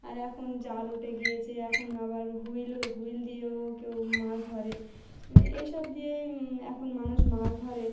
আর এখন জাল উঠে গিয়েছে এখন আবার হুইল হুইল দিয়েও কেউ মাছ ধরে এসব দিয়েই এখন মানুষ মাছ ধরে